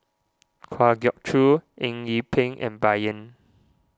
Kwa Geok Choo Eng Yee Peng and Bai Yan